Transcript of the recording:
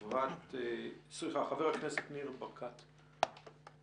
חבר הכנסת ניר ברקת, בבקשה.